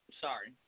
sorry